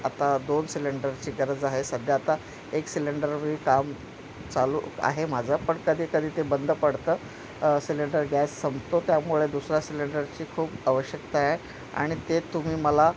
आता दोन सिलेंडरची गरज आहे सध्या आता एक सिलेंडरवर काम चालू आहे माझं पण कधी कधी ते बंद पडतं सिलेंडर गॅस संपतो त्यामुळे दुसरा सिलेंडरची खूप आवश्यकता आहे आणि ते तुम्ही मला